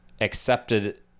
accepted